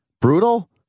brutal